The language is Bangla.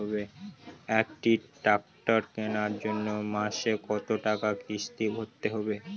একটি ট্র্যাক্টর কেনার জন্য মাসে কত টাকা কিস্তি ভরতে হবে?